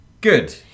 Good